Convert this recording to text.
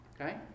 Okay